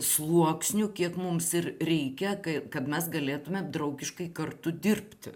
sluoksniu kiek mums ir reikia kai kad mes galėtumėm draugiškai kartu dirbti